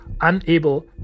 unable